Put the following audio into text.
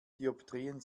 dioptrien